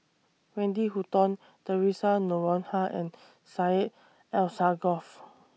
Wendy Hutton Theresa Noronha and Syed Alsagoff